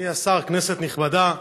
אדוני השר, כנסת נכבדה,